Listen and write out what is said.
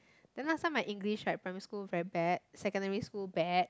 then last time my English right primary school very bad secondary school bad